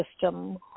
system